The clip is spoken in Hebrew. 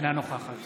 אינה נוכחת